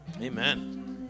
Amen